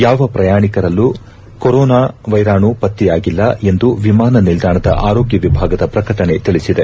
ಯಾವ ಪ್ರಯಾಣಿಕರಲ್ಲೂ ಕೊರೋನಾ ವೈರಾಣು ಪತ್ತೆಯಾಗಿಲ್ಲ ಎಂದು ವಿಮಾನ ನಿಲ್ದಾಣದ ಆರೋಗ್ಯ ವಿಭಾಗದ ಪ್ರಕಟಣೆ ತಿಳಿಬದೆ